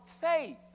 faith